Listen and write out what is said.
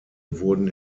wurden